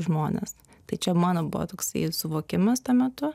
žmones tai čia mano buvo toks suvokimas tuo metu